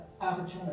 opportunity